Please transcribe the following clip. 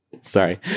sorry